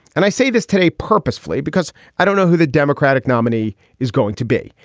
and i say this today purposefully because i don't know who the democratic nominee is going to be.